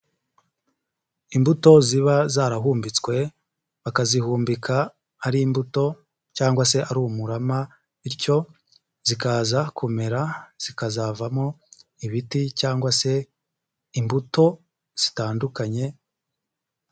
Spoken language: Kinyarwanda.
Imbuto ziba zarahumbitswe, bakazihumbika ari imbuto cyangwa se ari umurama, bityo zikaza kumera ,zikazavamo ibiti cyangwa se imbuto zitandukanye.